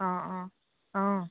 অঁ অঁ অঁ